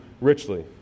richly